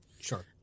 Sure